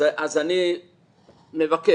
אז אני מבקש